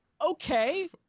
okay